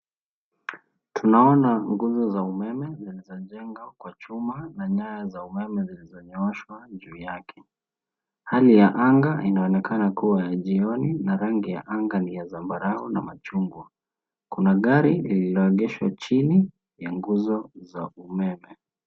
Tunaona nguzo za umeme zilizojengwa kwa chuma na nyaya za umeme zilizonyooshwa juu yake. Hali ya anga inaonekana kuwa ya jioni na rangi ya anga ni ya zambarau na machungwa. Kuna gari lililoegeshwa chini ya nguzo za umeme.